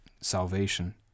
salvation